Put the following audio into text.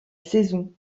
saison